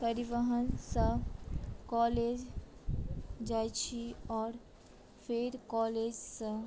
परिवहनसँ कॉलेज जाइ छी आओर फेर कॉलेजसँ